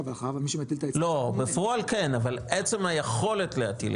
לא, בפועל כן אבל עצם היכולת להטיל.